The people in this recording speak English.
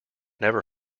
never